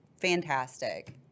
fantastic